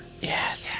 Yes